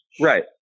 Right